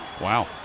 Wow